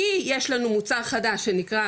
כי יש לנו מוצר חדש שנקרא,